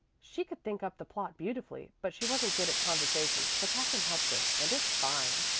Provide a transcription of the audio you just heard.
she could think up the plot beautifully but she wasn't good at conversation, so katherine helped her, and it's fine.